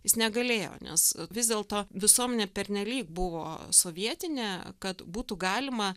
jis negalėjo nes vis dėlto visuomenė pernelyg buvo sovietinė kad būtų galima